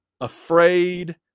afraid